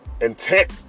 Intent